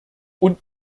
und